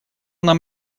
нам